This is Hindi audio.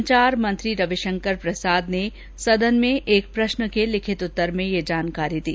संचार मंत्री रविशंकर प्रसाद ने सदन में एक प्रश्न के लिखित उत्तर में यह जानकारी दी